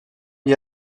bir